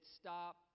stop